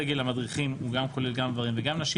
סגל המדריכים הוא כולל גם גברים וגם נשים